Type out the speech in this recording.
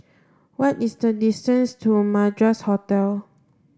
what is the distance to Madras Hotel